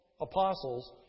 apostles